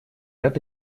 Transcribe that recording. это